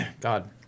God